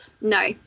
no